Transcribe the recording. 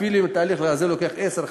אפילו אם התהליך הזה לוקח עשר,